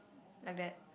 like that